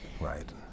right